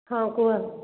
ହଁ କୁହନ୍ତୁ